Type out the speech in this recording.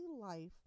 life